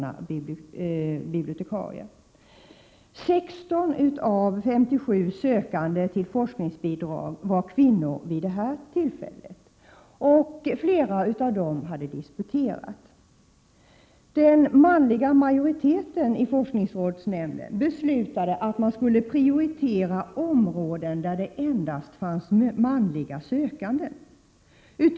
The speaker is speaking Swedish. Vid detta sammanträde utgjordes 16 av 57 sökande till forskningsbidrag av kvinnor, varav flera hade disputerat. Den manliga majoriteten i forskningsrådsnämnden beslutade att man skulle prioritera områden där det endast fanns manliga sökanden.